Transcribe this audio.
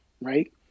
right